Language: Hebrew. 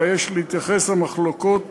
אלא יש להתייחס למחלוקות